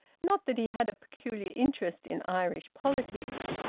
not that he had a peculiar interest in irish politics!